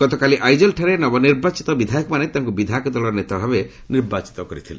ଗତକାଲି ଆଇଚ୍ଚଲ୍ଠାରେ ନବନିର୍ବାଚିତ ବିଧାୟକମାନେ ତାଙ୍କୁ ବିଧାୟକ ଦଳର ନେତା ଭାବେ ନିର୍ବାଚିତ କରିଥିଲେ